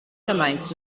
gymaint